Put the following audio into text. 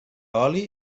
oli